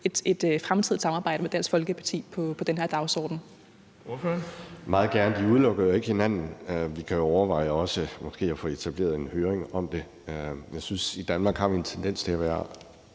Ahrendtsen (DF): Det vil vi meget gerne. De udelukker jo ikke hinanden. Vi kan jo overveje også måske at få etableret en høring om det. Jeg synes, at vi i Danmark har en tendens til at være